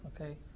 Okay